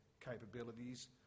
capabilities